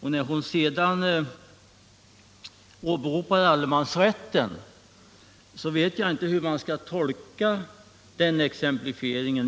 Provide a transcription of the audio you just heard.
När sedan bostadsministern åberopar allemansrätten vet jag inte hur man skall tolka den exemplifieringen.